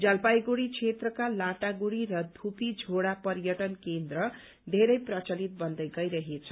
जलपाइगढ़ी क्षेत्रका लाटागुढ़ी र धुपीझोड़ा पर्यटन केन्द्र येरै प्रचलित बन्दै गइरहेछ